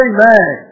Amen